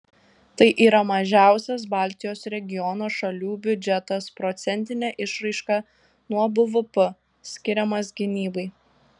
tai yra mažiausias baltijos regiono šalių biudžetas procentine išraiška nuo bvp skiriamas gynybai